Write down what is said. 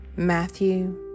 Matthew